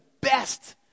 best